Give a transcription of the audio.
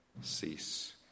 cease